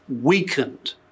weakened